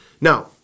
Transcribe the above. Now